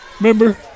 remember